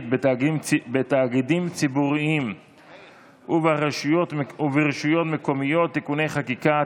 בתאגידים ציבוריים ברשויות מקומיות (תיקוני חקיקה),